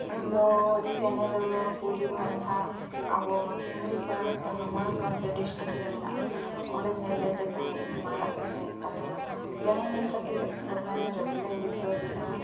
ᱤᱧ ᱫᱚ ᱪᱮᱬᱮ ᱫᱚ ᱯᱩᱭᱞᱩ ᱵᱷᱟᱨᱱᱟᱜ ᱟᱵᱚ ᱥᱤᱢᱲᱤ ᱯᱟᱲ ᱡᱟᱦᱟᱸ ᱢᱚᱭᱩᱨᱵᱷᱚᱧᱡ ᱰᱤᱥᱴᱤᱠ ᱨᱮ ᱢᱮᱱᱟᱜᱼᱟ ᱚᱸᱰᱮ ᱧᱮᱞ ᱞᱮᱫᱮ ᱛᱟᱦᱮᱸ ᱤᱧ ᱢᱟᱨᱟᱜ ᱪᱮᱬᱮ ᱟᱨ ᱪᱮᱬᱮ ᱧᱮᱞ ᱠᱟᱛᱮ ᱫᱚᱢᱮ ᱨᱟᱹᱥᱠᱟᱹᱧ ᱵᱩᱡᱷᱟᱹᱣ ᱞᱮᱜᱼᱟ